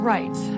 Right